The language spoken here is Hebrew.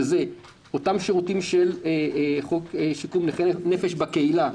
שזה אותם שירותים של חוק שיקום נכי נפש בקהילה,